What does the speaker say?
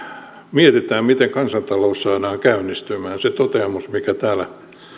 mietitään miten kansantalous saadaan käynnistymään se toteamus mikä täällä